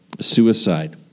Suicide